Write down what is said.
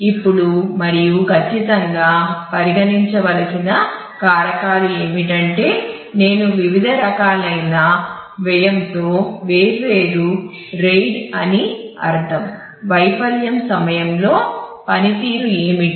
ఇప్పుడు మరియు ఖచ్చితంగా పరిగణించవలసిన కారకాలు ఏమిటంటే నేను వివిధ రకాలైన వ్యయంతో వేర్వేరు RAID అని అర్ధం వైఫల్యం సమయంలో పనితీరు ఏమిటి